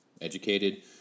educated